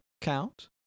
Count